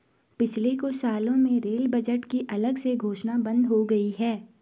पिछले कुछ सालों में रेल बजट की अलग से घोषणा बंद हो गई है